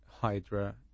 Hydra